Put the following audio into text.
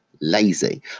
lazy